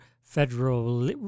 federal